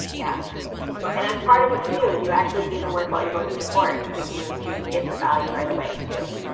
yeah yeah and that's part of what you do is you actually do the work while you're going through the course. so you you get the value right away, too.